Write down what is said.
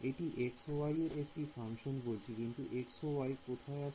এটি x ও y এর একটি ফাংশন বলছি কিন্তু x ও y কোথা থেকে আসছে